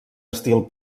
estil